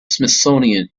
smithsonian